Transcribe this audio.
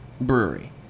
brewery